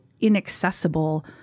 inaccessible